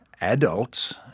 adults